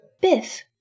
Biff